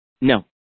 No